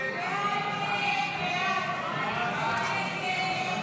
הסתייגות 56 לא נתקבלה.